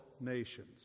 nations